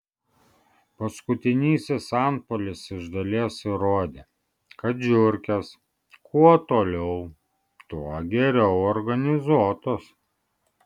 paskutinysis antpuolis iš dalies įrodė kad žiurkės kuo toliau tuo geriau organizuotos